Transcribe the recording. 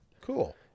cool